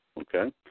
Okay